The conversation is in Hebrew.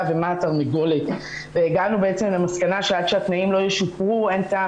ומה התרנגולת והגענו למסקנה שעד שהתנאים לא ישופרו אין טעם